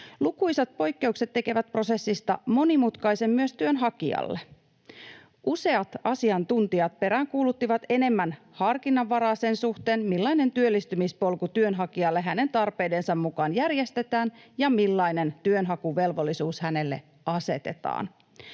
Lukuisat poikkeukset tekevät prosessista kuitenkin monimutkaisen työnhakijalle. Useat asiantuntijat peräänkuuluttivat enemmän harkinnanvaraa sen suhteen, millainen työllistymispolku työnhakijalle hänen tarpeidensa mukaan järjestetään ja millainen työnhakuvelvollisuus hänelle asetetaan.